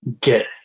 get